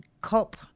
COP